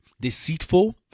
deceitful